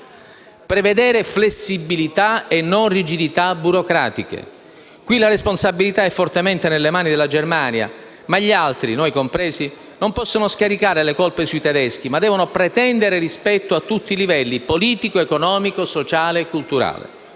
Prevedere flessibilità e non rigidità burocratiche. Qui la responsabilità è fortemente nelle mani della Germania, ma gli altri - noi compresi - non possono scaricare le colpe sui tedeschi, ma devono pretendere rispetto a tutti i livelli: politico, economico, sociale, culturale.